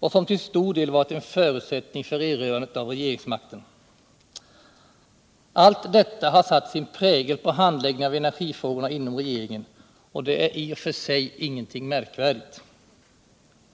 och som till stor del var en förutsättning för erövrandet av regeringsmakten. Allt detta har satt sin prägel på handläggningen av energifrågorna inom regeringen, och det är i för sig ingenting märkvärdigt.